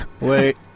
Wait